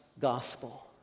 gospel